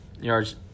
Yards